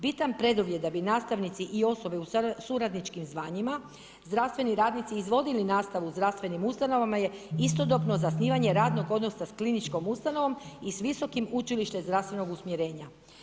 Bitan preduvjet da bi nastavnici i osobe u suradničkim zvanjima, zdravstveni radnici izvodili nastavu u zdravstvenim ustanovama je istodobno zasnivanje radnog odnosa sa kliničkom ustanovom i s visokim učilištem zdravstvenog usmjerenja.